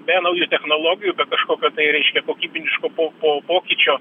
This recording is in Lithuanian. be naujų technologijų be kažkokio tai reiškia kokybiniško po po pokyčio